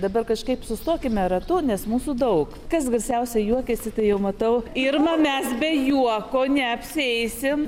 dabar kažkaip sustokime ratu nes mūsų daug kas garsiausiai juokiasi tai jau matau irma be juoko neapsieisim